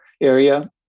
area